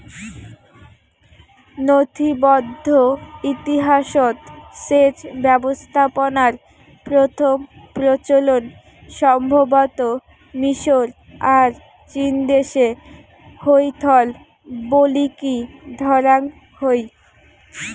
নথিবদ্ধ ইতিহাসৎ সেচ ব্যবস্থাপনার প্রথম প্রচলন সম্ভবতঃ মিশর আর চীনদেশে হইথল বলিকি ধরাং হই